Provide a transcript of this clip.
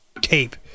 tape